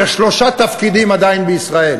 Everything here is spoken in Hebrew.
עדיין יש שלושה תפקידים בישראל: